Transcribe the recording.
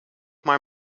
maar